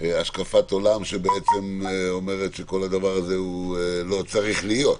השקפת עולם שבעצם אומרת שכל הדבר הזה לא צריך להיות,